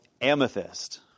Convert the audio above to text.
amethyst